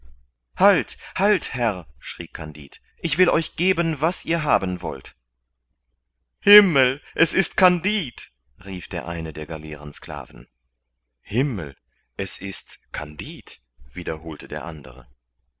halt halt herr schrie kandid ich will euch geben was ihr haben wollt himmel es ist kandid rief der eine der galeerensklaven himmel es ist kandid wiederholte der andere